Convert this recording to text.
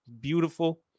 beautiful